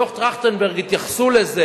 בדוח-טרכטנברג התייחסו לזה,